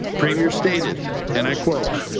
premier stated and i quote